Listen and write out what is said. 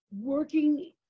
working